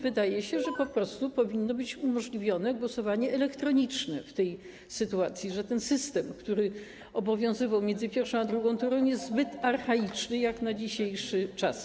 Wydaje się, że po prostu powinno być umożliwione głosowanie elektroniczne w tej sytuacji, że ten system, który obowiązywał między pierwszą a drugą turą, jest zbyt archaiczny jak na dzisiejszy czas.